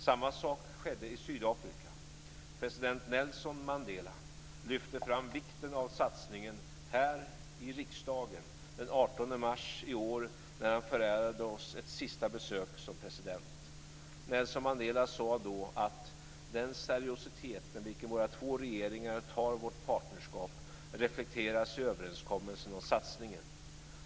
Samma sak skedde i Sydafrika. President Nelson Mandela lyfte fram vikten av satsningen här i riksdagen den 18 mars i år, när han förärade oss ett sista besök som president. Nelson Mandela sade då att den seriositet med vilken våra två regeringar tar vårt partnerskap reflekteras i överenskommelsen om satsningen.